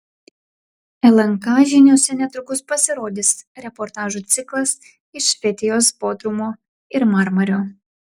lnk žiniose netrukus pasirodys reportažų ciklas iš fetijos bodrumo ir marmario